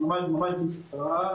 ממש ממש בקצרה,